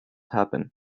happen